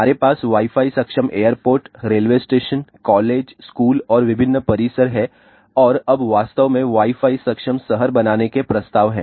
हमारे पास wifi सक्षम airport railway station college school और विभिन्न परिसर हैं और अब वास्तव में वाई फाई सक्षम शहर बनाने के प्रस्ताव हैं